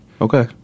Okay